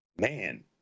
man